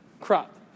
crop